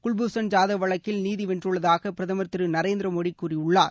குல்பூஷன் ஜாதவ் வழக்கில் நீதி வென்றுள்ளதாக பிரதமர் திரு நரேந்திர மோடியும் கூறியுள்ளார்